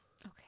Okay